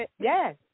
Yes